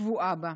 הקבועה בה.